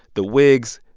the wigs.